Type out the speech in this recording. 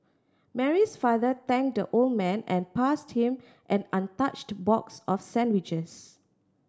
Mary's father thanked the old man and passed him an untouched box of sandwiches